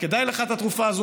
כדאי לך את התרופה הזאת,